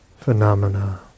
phenomena